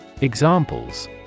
Examples